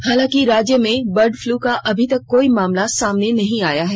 हालांकि राज्य में बर्ड पलू का अभी तक कोई मामला सामने नहीं आया है